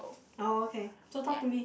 oh okay so talk to me